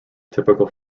typical